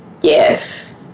yes